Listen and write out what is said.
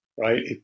Right